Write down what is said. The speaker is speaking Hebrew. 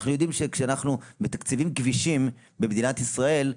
אנחנו יודעים שכשאנחנו מתקצבים כבישים במדינת ישראל,